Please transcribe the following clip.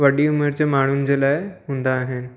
वॾी उमिरि जे माण्हुनि जे लाइ हूंदा आहिनि